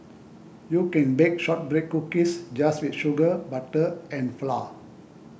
you can bake Shortbread Cookies just with sugar butter and flour